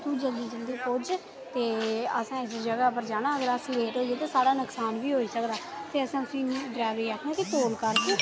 कि तू जल्दी जल्दी पुज्ज ते असें इक जगह पर जाना ते नेईं तां साढ़ा नुकसान बी होई सकदा ते असें उसी ड्राइवर गी आखना कि तौल कर तूं